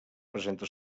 presenta